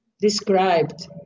described